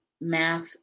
math